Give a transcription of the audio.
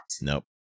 Nope